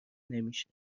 نمیشه